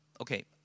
okay